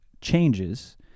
changes